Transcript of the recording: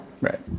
Right